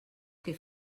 que